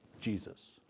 Jesus